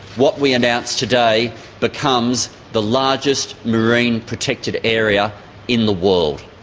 what we announce today becomes the largest marine protected area in the world.